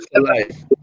life